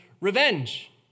revenge